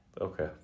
Okay